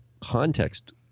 context